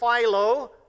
Philo